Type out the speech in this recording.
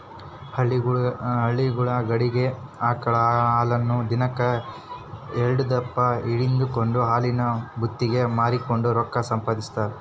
ಹಳ್ಳಿಗುಳ ಕಡಿಗೆ ಆಕಳ ಹಾಲನ್ನ ದಿನಕ್ ಎಲ್ಡುದಪ್ಪ ಹಿಂಡಿಕೆಂಡು ಹಾಲಿನ ಭೂತಿಗೆ ಮಾರಿಕೆಂಡು ರೊಕ್ಕ ಸಂಪಾದಿಸ್ತಾರ